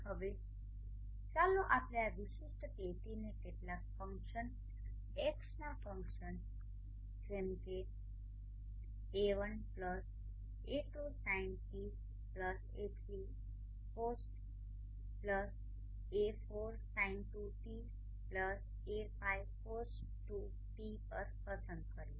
હવે ચાલો આપણે આ વિશિષ્ટ KTને કેટલાક ફંક્શન xનાં ફંક્શન જેમ કે A1A2sinτA3cosτA4sin2τA5cos2τ પર પસંદ કરીએ